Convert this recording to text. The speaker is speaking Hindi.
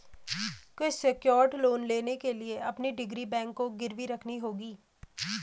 मुझे सेक्योर्ड लोन लेने के लिए अपनी डिग्री बैंक को गिरवी रखनी होगी